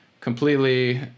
completely